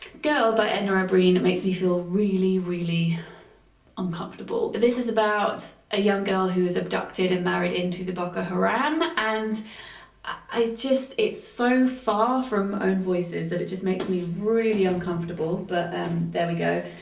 girl by edna o'brien, it makes me feel really really uncomfortable, this is about a young girl who is abducted and married into the boko haram and i just. it's so far from own voices that it just makes me really uncomfortable but um there we go.